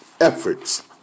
efforts